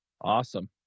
Awesome